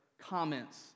comments